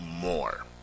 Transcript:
more